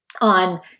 on